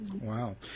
Wow